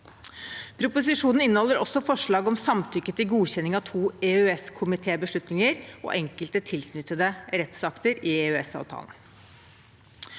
Proposisjonen inneholder også forslag om samtykke til godkjenning av to EØS-komitébeslutninger og enkelte tilknyttede rettsakter i EØS-avtalen.